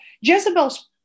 Jezebel's